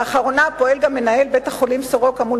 לאחרונה פועל גם מנהל בית-החולים "סורוקה" מול